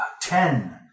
Ten